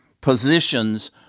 positions